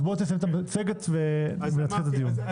אז תסיים את המצגת ונתחיל בדיון.